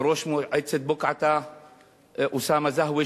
וראש מועצת בוקעאתא אוסאמה זהוה,